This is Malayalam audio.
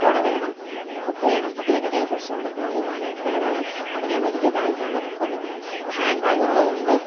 കുട വേണം കുപ്പി വേണം അപ്പോൾ ഇതൊക്കെ കയ്യിൽപ്പിടിച്ചുകൊണ്ട് പോകുവാനായിട്ട് പാടാണ് അപ്പോൾ ഞാൻ വലിയ ബാഗ് കൊണ്ടാണ് പോയ്ക്കൊണ്ടിരുന്നത് അപ്പോൾ ഹാൻ്റ്ബാഗ് ഉള്ളതുകൊണ്ട്